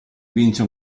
vince